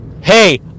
Hey